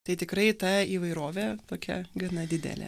tai tikrai ta įvairovė tokia gana didelė